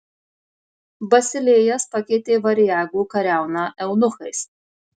basilėjas pakeitė variagų kariauną eunuchais